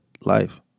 life